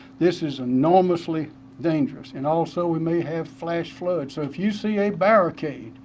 this is enormously dangerous. and also we may have flash floods. if you see a barricade,